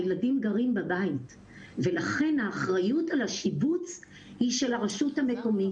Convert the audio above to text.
הילדים גרים בבית ולכן האחריות על השיבוץ היא של הרשות המקומית.